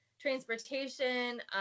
transportation